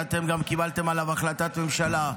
ואתם גם קיבלתם עליו החלטת ממשלה.